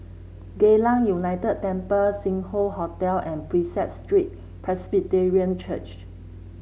Geylang United Temple Sing Hoe Hotel and Prinsep Street Presbyterian Church